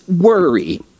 worry